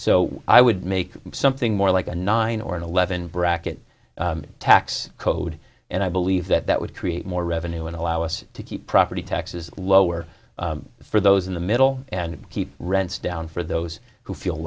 so i would make something more like a nine or eleven bracket tax code and i believe that that would create more revenue and allow us to keep property taxes lower for those in the middle and keep rents down for those who feel